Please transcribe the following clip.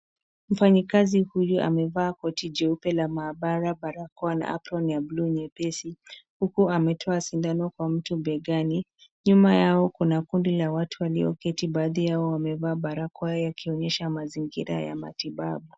Mfanyikazi huyu amevaa koti jeupe la maabara, barakoa na aproni ya buluu nyepesi, huku ametoa sindano kwa mtu begani. Nyuma yao, kuna kundi la watu walioketi, baadhi yao wamevaa barakoa, yakionyesha mazingira ya matibabu.